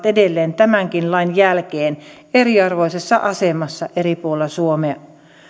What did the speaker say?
edelleen tämänkin lain jälkeen eriarvoisessa asemassa eri puolella suomea